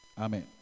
Amen